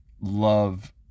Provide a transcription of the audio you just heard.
love